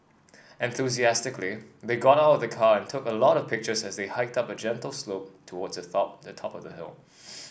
enthusiastically they got out of the car and took a lot of pictures as they hiked up a gentle slope towards the top the top of the hill